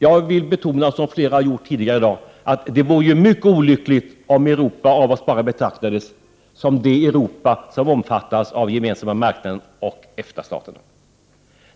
Jag vill betona, som flera gjort tidigare i dag, att det vore mycket olyckligt om Europa av oss betraktades som bara det Europa som omfattas av gemensamma marknaden och EFTA-staterna.